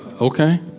Okay